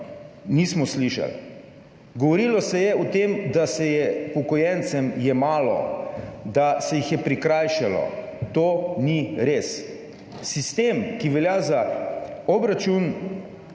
nismo slišali. Govorilo se je o tem, da se je upokojencem jemalo, da se jih je prikrajšalo – to ni res. Sistem, ki velja za obračun